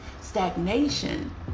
stagnation